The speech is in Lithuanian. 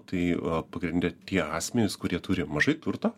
tai pagrinde tie asmenys kurie turi mažai turto